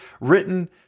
written